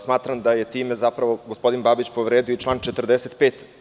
Smatram da je time gospodin Babić povredio član 45.